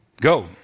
go